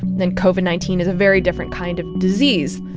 and covid nineteen is a very different kind of disease.